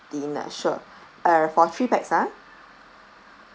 dinner sure uh for three pax ah